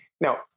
Now